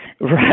Right